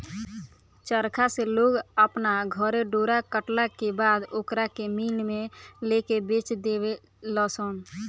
चरखा से लोग अपना घरे डोरा कटला के बाद ओकरा के मिल में लेके बेच देवे लनसन